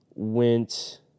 went